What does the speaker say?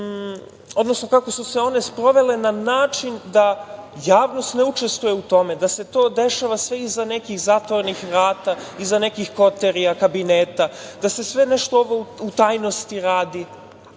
stvari, kako su se sprovele na način da javnost ne učestvuje u tome, da se to dešava iza nekih zatvorenih vrata, iza nekih koterija, kabineta, da se sve nešto u tajnosti radi.